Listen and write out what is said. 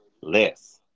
Less